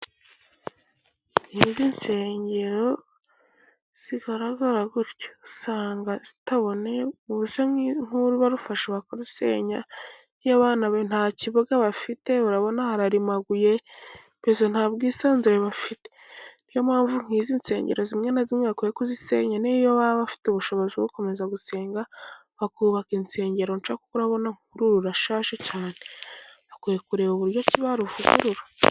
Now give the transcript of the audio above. Nk'izi nsengero zigagara gutyo, usanga zitaboneye. Ubu se, nk’uru, barufashe bakarusenya, nta kibuga bafite, urabona hararimaguye, mbese nta bwisanzure bafite. Ni yo mpamvu, nk’izi nsengero zimwe na zimwe, bakwiye kuzisenya, n’iyo baba bafite ubushobozi bwo gukomeza gusenga, bakubaka insengero nshya. Kuko urabona nk’uru rurashaje cyane, hakwiye kurebwa uburyo ki baruvugurura.